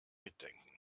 mitdenken